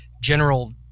general